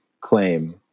claim